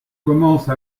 commence